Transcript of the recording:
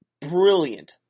brilliant